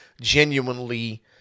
genuinely